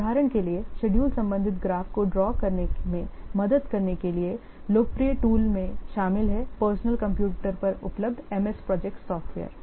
उदाहरण के लिए शेड्यूल संबंधित ग्राफ़ को ड्रा करने में मदद करने के लिए लोकप्रिय टूल में शामिल हैं पर्सनल कंप्यूटर पर उपलब्ध MS Project सॉफ़्टवेयर